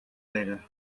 later